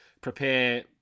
prepare